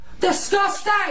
Disgusting